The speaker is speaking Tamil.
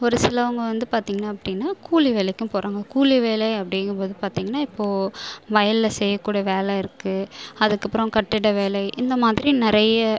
ஒரு சிலவங்க வந்து பார்த்திங்க அப்படின்னா கூலி வேலைக்கும் போகறாங்க கூலி வேலை அப்படிங்கும் போது பார்த்திங்கன்னா இப்போ வயலில் செய்யக்கூடிய வேலை இருக்கு அதற்கப்பறம் கட்டிட வேலை இந்த மாதிரி நிறைய